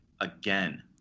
again